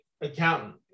accountant